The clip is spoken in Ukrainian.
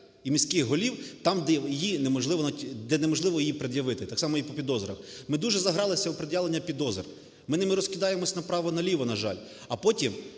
і міських голів, там, де неможливо її пред'явити, так само і по підозрах. Ми дуже загрались в пред'явлення підозр, ми ними розкидаємося направо і наліво, на жаль. А потім